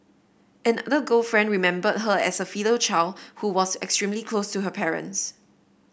another girlfriend remembered her as a filial child who was extremely close to her parents